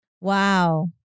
wow